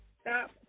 stop